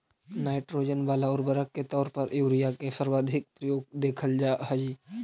nitrogen वाला उर्वरक के तौर पर यूरिया के सर्वाधिक प्रयोग देखल जा हइ